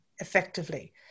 effectively